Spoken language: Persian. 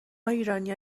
ایرانیا